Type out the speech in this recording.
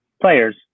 players